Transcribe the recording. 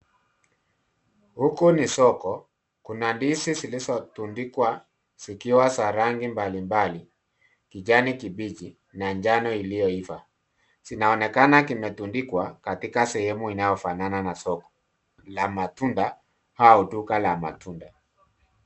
Huku ni soko. Kuna ndizi zilizo tundikwa zikiwa za rangi mbalimbali, kijani kibichi na njano iliyo iva. Zinaonekana zikiwa sehemu inayo fanana na soko la matunda au duka la matunda.